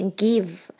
give